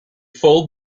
fold